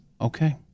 Okay